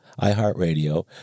iHeartRadio